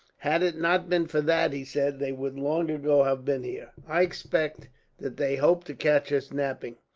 had it not been for that, he said, they would long ago have been here. i expect that they hoped to catch us napping,